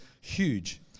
huge